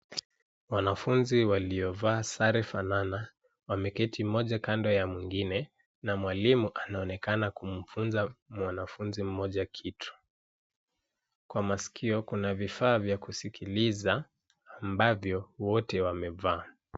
Wanafunzi waliovaa sare fanana, wameketi mmoja kando ya mwingine, na mwalimu anaonekana kumfunza mwanafunzi mmoja kitu. Kwa masikio, kuna vifaa vya kusikiliza ambavyo wote wamevaa.